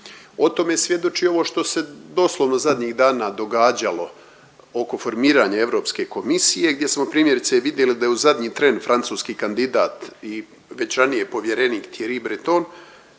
O tome svjedoči ovo što se doslovno zadnjih dana događalo oko formiranja Europske komisije gdje smo primjerice vidjeli da je u zadnji tren francuski kandidat i već ranije povjerenik Thierry Breton